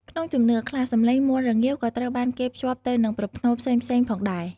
ក្នុងជំនឿខ្លះ សំឡេងមាន់រងាវក៏ត្រូវបានគេភ្ជាប់ទៅនឹងប្រផ្នូលផ្សេងៗផងដែរ។